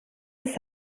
des